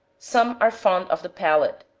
some are fond of the palate,